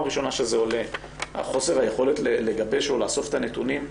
ראשונה שעולה חוסר היכולת לגבש או לאסוף את הנתונים.